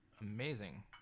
amazing